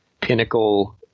pinnacle